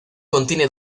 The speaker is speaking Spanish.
contiene